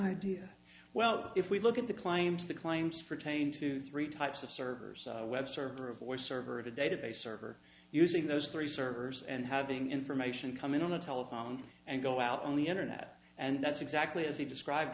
idea well if we look at the claims the claims pertain to three types of servers web server a voice server the database server using those three servers and having information come in on the telephone and go out on the internet and that's exactly as he described